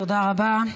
תודה רבה.